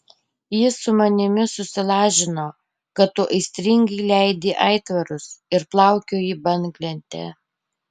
jis su manimi susilažino kad tu aistringai leidi aitvarus ir plaukioji banglente